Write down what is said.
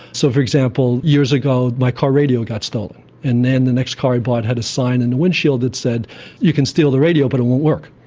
so, for example, years ago my car radio got stolen, and then the next car i bought had a sign in the windshield that said you can steal the radio but it won't work,